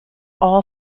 all